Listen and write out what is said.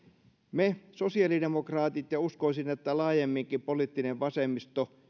me sosiaalidemokraatit ja uskoisin että laajemminkin poliittinen vasemmisto